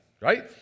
right